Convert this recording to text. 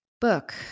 book